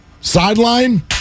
Sideline